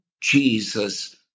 Jesus